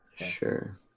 Sure